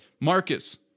Marcus